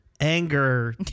anger